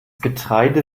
getreide